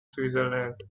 switzerland